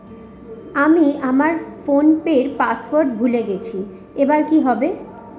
আমি আমার ফোনপের পাসওয়ার্ড ভুলে গেছি এবার কি হবে?